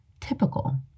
typical